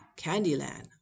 candyland